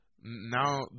now